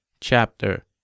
Chapter